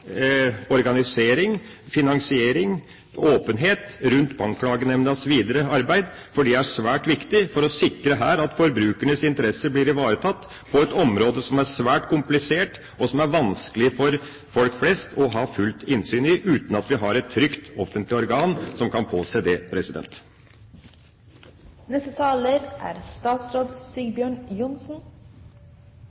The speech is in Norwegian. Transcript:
organisering, finansiering og åpenhet rundt Bankklagenemndas videre arbeid, for det er svært viktig for å sikre at forbrukernes interesser blir ivaretatt på et område som er svært komplisert, og som er vanskelig for folk flest å ha fullt innsyn i uten at vi har et trygt offentlig organ som kan påse det.